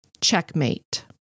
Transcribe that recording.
Checkmate